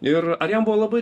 ir ar jam buvo labai